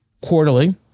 Quarterly